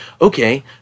okay